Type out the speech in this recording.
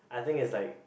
I think it's like